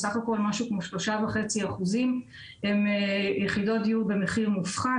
בסך הכול כ-3.5% הן יחידות דיור במחיר מופחת.